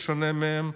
בשונה מהם,